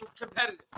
competitive